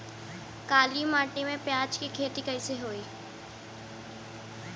काली माटी में प्याज के खेती होई?